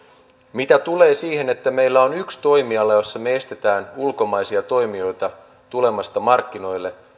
mitä tulee siihen että meillä on yksi toimiala jossa me estämme ulkomaisia toimijoita tulemasta markkinoille